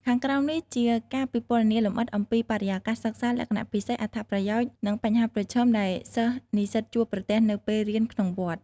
ខាងក្រោមនេះជាការពិពណ៌នាលម្អិតអំពីបរិយាកាសសិក្សា លក្ខណៈពិសេស អត្ថប្រយោជន៍ និងបញ្ហាប្រឈមដែលសិស្សនិស្សិតជួបប្រទះនៅពេលរៀនក្នុងវត្ត។